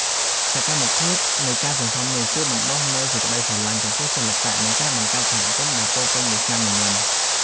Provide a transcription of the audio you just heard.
សកម្មភាពនៃការសន្សំនេះ គឺជាការបណ្ដុះនូវសេចក្ដីស្រឡាញ់ចំពោះសិល្បៈ និងការបង្កើតសហគមន៍ដែលពោរពេញដោយស្នាមញញឹម។